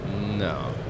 No